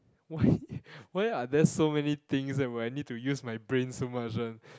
why why are there so many things where I need to use my brain so much [one]